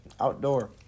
Outdoor